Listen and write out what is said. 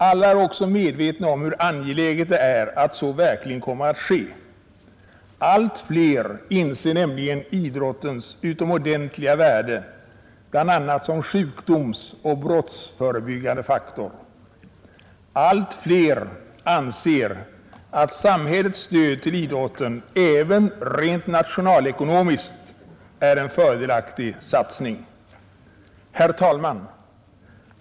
Alla är också medvetna om hur angeläget det är att så verkligen kommer att ske. Allt fler inser nämligens idrottens utomordentliga värde, bl.a. som sjukdomsoch brottsförbyggande faktor. Allt fler anser att samhällets stöd till idrotten även rent nationalekonomiskt är en fördelaktig satsning. Herr talman!